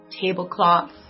tablecloths